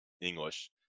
english